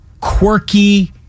quirky